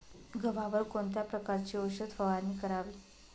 गव्हावर कोणत्या प्रकारची औषध फवारणी करावी?